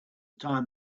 time